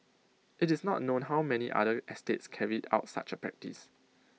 IT is not known how many other estates carried out such A practice